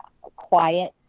quiet